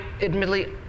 admittedly